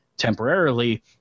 temporarily